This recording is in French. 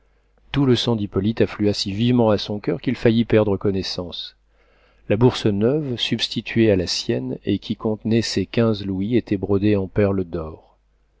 tout le sang d'hippolyte afflua si vivement à son coeur qu'il faillit perdre connaissance la bourse neuve substituée à la sienne et qui contenait ses quinze louis était brodée en perles d'or